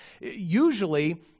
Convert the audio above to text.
usually